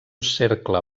cercle